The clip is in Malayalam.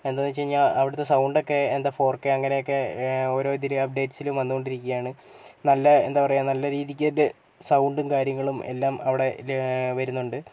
എന്താണെന്ന് വെച്ച് കഴിഞ്ഞാൽ അവിടുത്തെ സൗണ്ട് ഒക്കെ എന്താണ് ഫോർ കെ അങ്ങനെയൊക്കെ ഓരോ ഇതിൽ അപ്ഡേറ്റ്സിലും വന്നുകൊണ്ടിരിക്കുകയാണ് നല്ല എന്താണ് പറയുക നല്ല രീതിക്ക് തന്നെ സൗണ്ടും കാര്യങ്ങളും എല്ലാം അവിടെ ല വരുന്നുണ്ട്